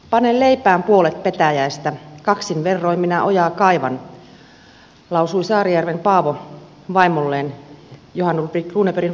pane leipään puolet petäjäistä kaksin verroin minä ojaa kaivan lausui saarijärven paavo vaimolleen johan ludvig runebergin runossa